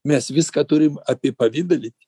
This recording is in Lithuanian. mes viską turim apipavidalinti